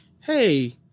hey